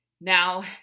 Now